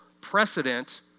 precedent